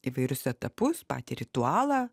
įvairius etapus patį ritualą